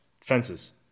fences